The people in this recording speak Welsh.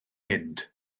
mynd